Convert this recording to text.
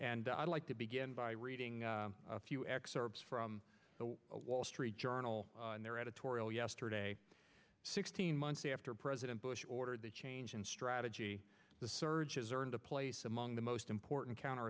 and i'd like to begin by reading a few excerpts from the wall street journal editorial yesterday sixteen months after president bush ordered the change in strategy the surge has earned a place among the most important counter